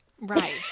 right